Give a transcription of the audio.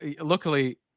luckily